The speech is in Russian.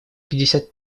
пятьдесят